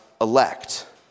elect